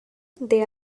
they